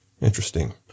Interesting